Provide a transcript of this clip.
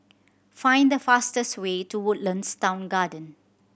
find the fastest way to Woodlands Town Garden